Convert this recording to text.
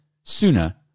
sooner